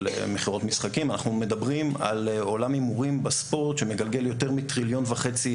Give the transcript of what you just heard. אנחנו מדברים על עולם הימורים בספורט שמגלגל יותר מטריליון וחצי